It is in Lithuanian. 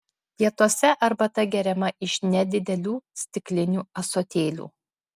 pietuose arbata geriama iš nedidelių stiklinių ąsotėlių